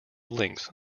links